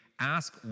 ask